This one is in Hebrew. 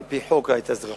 על-פי חוק ההתאזרחות,